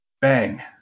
bang